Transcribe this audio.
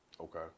Okay